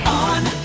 on